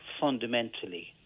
fundamentally